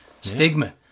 stigma